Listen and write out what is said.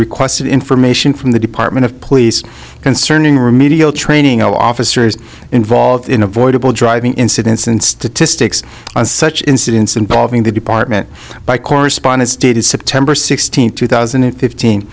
requested information from the department of police concerning remedial training of officers involved in avoidable driving incidents and statistics on such incidents involving the department by correspondence dated september sixteenth two thousand and fifteen